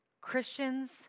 Christians